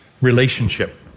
relationship